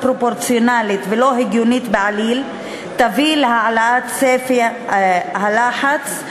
פרופורציונלית ולא הגיונית בעליל תביא להעלאת ספי הלחץ,